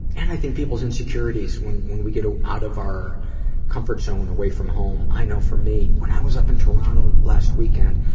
and i think people's insecurities, when when we get ah out of our comfort zone away from home i know for me, when i was up in toronto last weekend,